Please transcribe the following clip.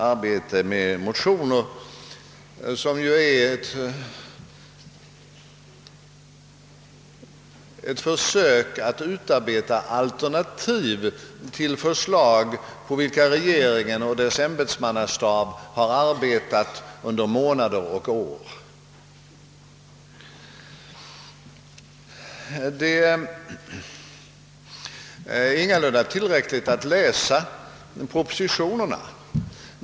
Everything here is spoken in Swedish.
Arbetet med motionerna är ju ett försök att utarbeta alternativ till förslag på vilka regeringen och dess ämbetsmannastab har arbetat under månader och år. Det framstår som ytterst olämpligt att riksdagsmännen skall behöva forcera detta arbete. || Det är ingalunda tillräckligt att läsa enbart propositionerna.